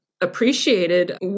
appreciated